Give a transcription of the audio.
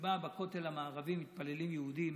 שבה בכותל המערבי מתפללים יהודים